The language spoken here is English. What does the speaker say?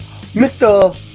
Mr